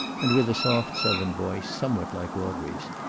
and with a soft southern voice, somewhat like audrey's.